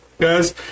guys